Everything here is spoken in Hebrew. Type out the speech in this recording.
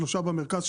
שלושה במרכז,